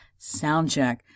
soundcheck